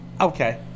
okay